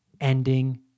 ending